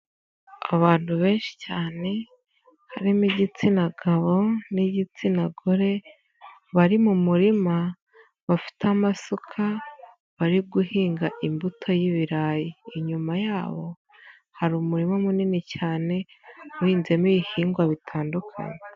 Abantu benshi cyane harimo igitsina gabo n'igitsina gore bari mu murima bafite amasuka bari guhinga imbuto y'ibirayi, inyuma yabo hari umurima munini cyane uhinzemo ibihingwa bitandukanye.